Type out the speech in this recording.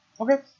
Okay